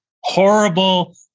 horrible